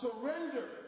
surrender